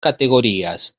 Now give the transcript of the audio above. categorías